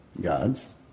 God's